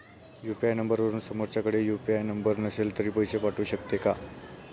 UPI नंबरवरून समोरच्याकडे UPI number नसेल तरी पैसे पाठवू शकते का?